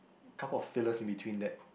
couple of fillers in between that